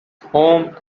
home